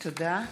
תודה.